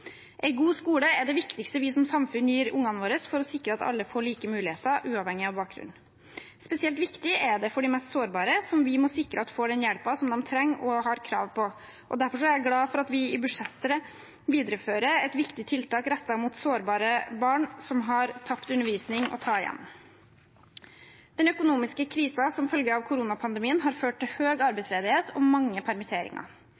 god skole er det viktigste vi som samfunn gir ungene våre for å sikre at alle får like muligheter, uavhengig av bakgrunn. Spesielt viktig er det for de mest sårbare, som vi må sikre at får den hjelpen de trenger og har krav på. Derfor er jeg glad for at vi i budsjettet viderefører et viktig tiltak rettet mot sårbare barn som har tapt undervisning å ta igjen. Den økonomiske krisen som følger av koronapandemien, har ført til